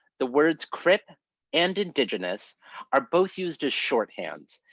the words crip and indigenous are both used as shorthand,